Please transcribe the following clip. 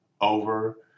over